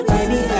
Baby